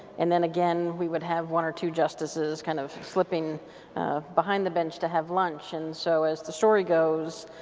and then again we would have one or two justices, kind of, slipping behind the bench to have lunch. and so as the story goes,